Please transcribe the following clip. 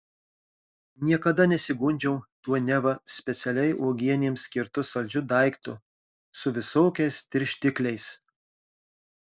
niekada nesigundžiau tuo neva specialiai uogienėms skirtu saldžiu daiktu su visokiais tirštikliais